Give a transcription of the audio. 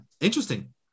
interesting